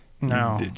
no